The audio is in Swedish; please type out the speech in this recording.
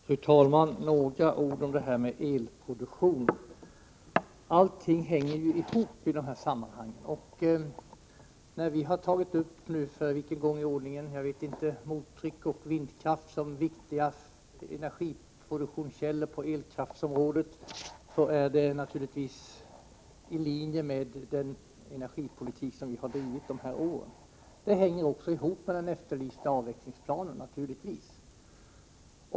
Fru talman! Några ord om elproduktionen. Allting hänger ju ihop i dessa sammanhang. När vi — för vilken gång i ordningen vet jag inte — tagit upp mottryck och vindkraft som viktiga energiproduktionskällor på elkraftsområdet, är det naturligtvis i linje med den energipolitik som vi bedrivit de här åren. Det hänger naturligtvis också ihop med den efterlysta avvecklingsplanen.